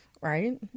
Right